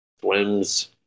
swims